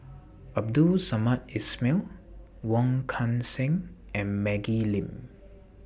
Abdul Samad Ismail Wong Kan Seng and Maggie Lim